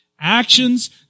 Actions